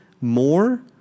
more